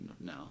no